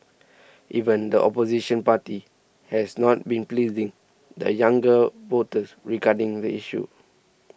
even the opposition party has not been pleasing the younger voters regarding the issue